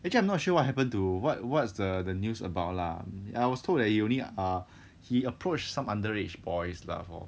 actually I'm not sure what happen to what what's the the news about lah I was told that he only ah he approached some underage boys lah hor